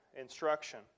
instruction